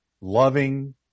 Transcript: loving